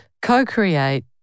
Co-create